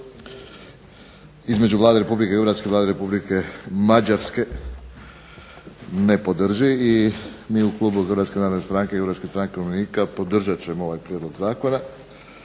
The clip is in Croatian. između Vlade Republike Hrvatske i Vlade Republike Mađarske ne podrži, i mi u klubu Hrvatske narodne stranke i Hrvatske stranke umirovljenika podržat ćemo ovaj prijedlog zakona.